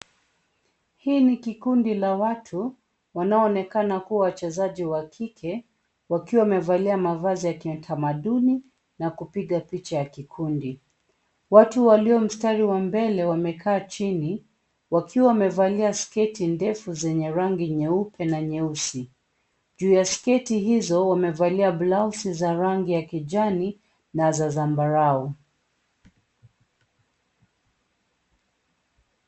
Hii ni kikundi la watu wanaoonekana kuwa wachezaji wa kike wakiwa wamevalia mavazi ya kitamaduni na kupiga picha ya kikundi. Watu walio mstari wa mbele wamekaa chini, wakiwa wamevalia sketi ndefu zenye rangi nyeupe na nyeusi. Juu ya sketi hizo wamevalia blauzi za rangi ya kijani na za zambarau.